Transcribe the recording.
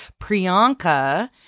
Priyanka